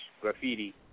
graffiti